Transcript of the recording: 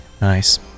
Nice